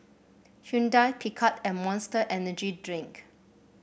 Hyundai Picard and Monster Energy Drink